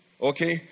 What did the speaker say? Okay